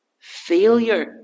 failure